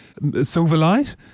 Silverlight